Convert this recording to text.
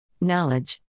knowledge